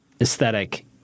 aesthetic